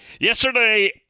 yesterday